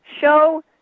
show